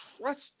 trust